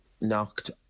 knocked